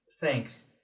Thanks